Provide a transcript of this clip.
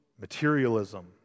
materialism